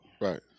Right